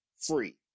free